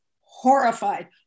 horrified